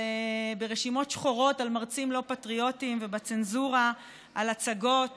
ברשימות שחורות של מרצים לא פטריוטים ובצנזורה על הצגות